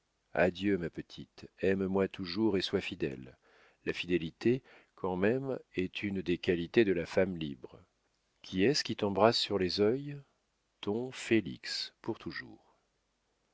adieu ma petite aime-moi toujours et sois fidèle la fidélité quand même est une des qualités de la femme libre qui est-ce qui t'embrasse sur les œils ton félix pour toujours